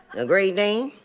a great dane?